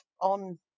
on